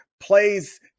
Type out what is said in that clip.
plays